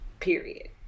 period